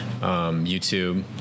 YouTube